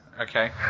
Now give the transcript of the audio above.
okay